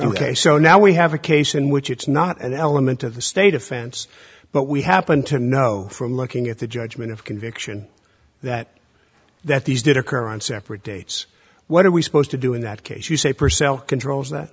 ok so now we have a case in which it's not an element of the state offense but we happen to know from looking at the judgment of conviction that that these did occur on separate dates what are we supposed to do in that case you say purcell controls that